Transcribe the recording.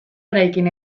eraikin